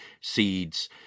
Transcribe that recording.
seeds